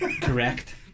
correct